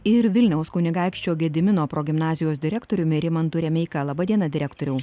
ir vilniaus kunigaikščio gedimino progimnazijos direktoriumi rimantu remeika laba diena direktoriau